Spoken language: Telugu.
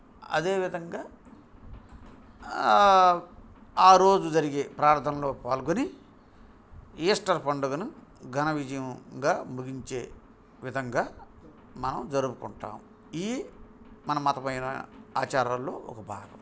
అదేవిదంగా ఆ రోజు జరిగే ప్రార్థనలో పాల్గొని ఈస్టర్ పండుగను ఘనవిజయంగా ముగించే విధంగా మనం జరుపుకుంటాం ఈ మన మతమైన ఆచారాల్లో ఒక భాగం